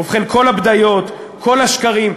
ובכן, כל הבדיות, כל השקרים,